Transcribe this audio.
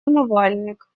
умывальник